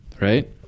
Right